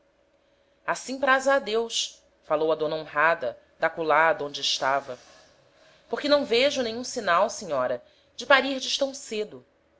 assim praza a deus falou a dona honrada d'acolá d'onde estava porque não vejo nenhum sinal senhora de parirdes tam cedo